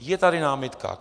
Je tady námitka.